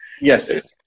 Yes